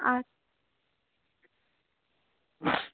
আচ্ছা